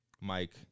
Mike